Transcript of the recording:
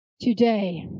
Today